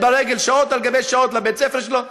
ברגל שעות על גבי שעות לבית הספר שלו,